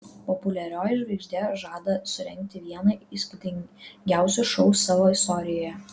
populiarioji žvaigždė žada surengti vieną įspūdingiausių šou savo istorijoje